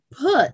put